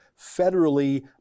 federally